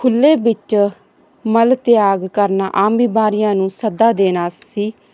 ਖੁੱਲ੍ਹੇ ਵਿੱਚ ਮਲ ਤਿਆਗ ਕਰਨਾ ਆਮ ਬਿਮਾਰੀਆਂ ਨੂੰ ਸੱਦਾ ਦੇਣਾ ਸੀ